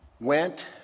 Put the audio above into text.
went